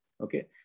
okay